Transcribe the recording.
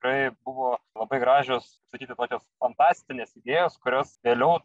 tai buvo labai gražios sakyti tokios fantastinės idėjos kurios vėliau